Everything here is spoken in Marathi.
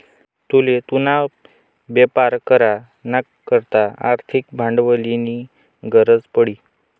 तुले तुना बेपार करा ना करता आर्थिक भांडवलनी गरज पडी